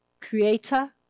Creator